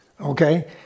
Okay